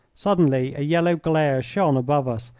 suddenly a yellow glare shone above us,